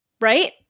right